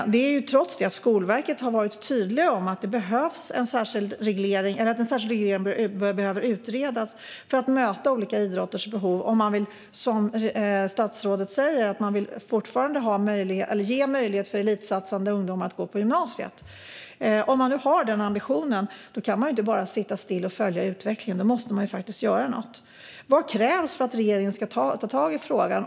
Skolverket har varit tydligt med att en särskild reglering behöver utredas för att möta olika idrotters behov, om man som statsrådet säger att man fortfarande vill ge möjlighet för elitsatsande ungdomar att gå på gymnasiet. Om man har den ambitionen kan man inte bara sitta still och följa utvecklingen. Då måste man faktiskt göra något. Vad krävs för att regeringen ska ta tag i frågan?